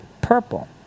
Purple